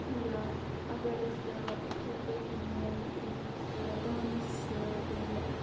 یا اَگَر أسۍ اِتھے پٲٹھۍ نِمون یُس ڈانٕس چھُ ییٚمہِ